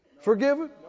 forgiven